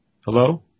Hello